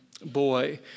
boy